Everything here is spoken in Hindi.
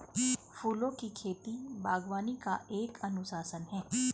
फूलों की खेती, बागवानी का एक अनुशासन है